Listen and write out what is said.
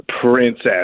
princess